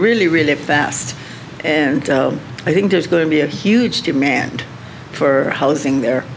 really really fast and i think there's going to be a huge demand for housing there